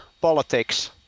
politics